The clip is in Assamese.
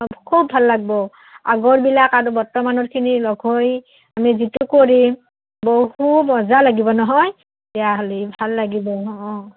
অঁ খুব ভাল লাগিব আগৰবিলাক আৰু বৰ্তমানৰখিনি লগ হৈ আমি যিটো কৰিম বহু মজা লাগিব নহয় তেতিয়াহ'লে ভাল লাগিব অঁ অঁ